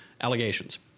allegations